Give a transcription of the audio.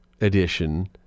edition